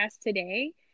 today